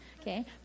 Okay